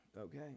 okay